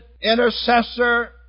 intercessor